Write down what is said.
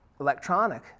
electronic